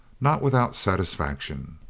not without satisfaction.